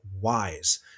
wise